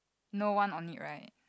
no one on it right